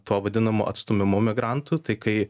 tuo vadinamu atstūmimu migrantų tai kai